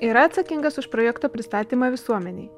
yra atsakingas už projekto pristatymą visuomenei